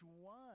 one